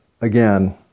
again